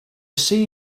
see